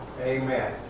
Amen